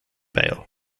bale